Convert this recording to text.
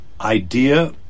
idea